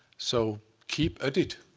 so keep at it,